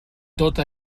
tota